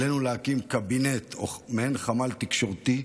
עלינו להקים קבינט או מעין חמ"ל תקשורתי,